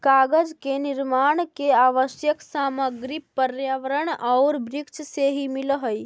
कागज के निर्माण के आवश्यक सामग्री पर्यावरण औउर वृक्ष से ही मिलऽ हई